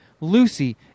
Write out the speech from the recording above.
Lucy